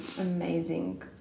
amazing